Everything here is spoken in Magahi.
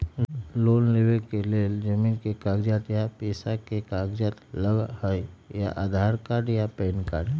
लोन लेवेके लेल जमीन के कागज या पेशा के कागज लगहई या आधार कार्ड या पेन कार्ड?